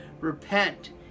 Repent